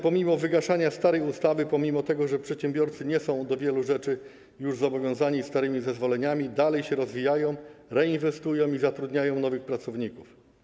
Pomimo wygaszania starej ustawy, pomimo tego, że przedsiębiorcy nie są już do wielu rzeczy zobowiązani starymi zezwoleniami, dalej się rozwijają, reinwestują i zatrudniają nowych pracowników.